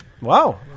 wow